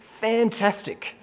fantastic